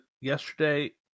yesterday